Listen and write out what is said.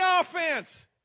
offense